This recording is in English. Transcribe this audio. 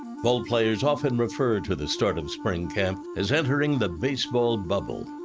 ballplayers often refer to the start of spring camp as entering the baseball bubble.